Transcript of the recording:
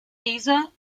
dieser